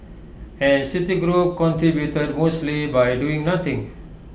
and citigroup contributed mostly by doing nothing